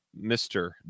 Mr